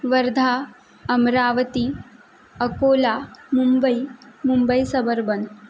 Wardha Amravati Akola Mumbai Mumbai सब urban